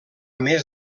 més